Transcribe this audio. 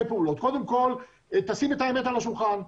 פעולות: קודם כול תשים את האמת על השולחן.